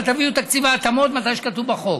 אבל תביאו את תקציב ההתאמות מתי שכתוב בחוק.